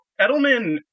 Edelman